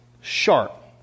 Sharp